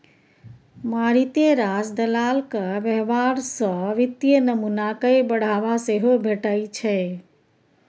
मारिते रास दलालक व्यवहार सँ वित्तीय नमूना कए बढ़ावा सेहो भेटै छै